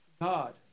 God